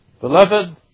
Beloved